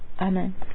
Amen